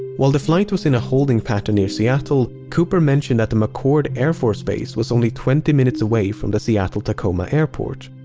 while the flight was in a holding pattern near seattle, cooper mentioned that the mcchord air force base was only twenty minutes away from the seattle-tacoma airport.